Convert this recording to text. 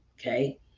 Okay